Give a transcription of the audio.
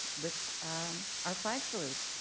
with our flag salute.